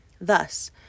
Thus